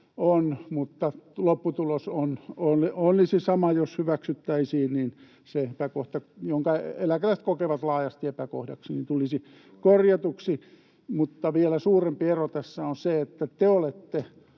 lopputulos olisi sama, jos se hyväksyttäisiin. Se epäkohta, jonka eläkeläiset kokevat laajasti epäkohdaksi, tulisi korjatuksi. Mutta vielä suurempi ero tässä on se, että te olette